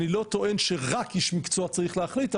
אני לא טוען שרק איש מקצוע צריך להחליט,